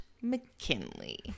mckinley